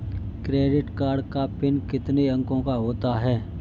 Credit card का pin कितने अंकों का होता है?